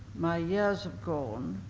my ears have gone,